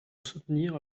soutenir